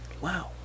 wow